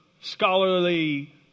scholarly